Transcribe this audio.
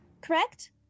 Correct